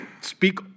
speak